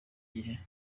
gihe